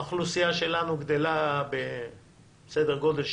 האוכלוסייה שלנו גדלה בסדר גודל של